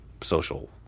social